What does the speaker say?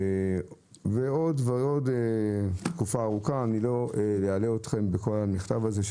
ועוד ועוד, לא אלאה אתכם בכל המכתב הזה.